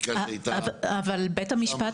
בית המשפט,